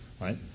right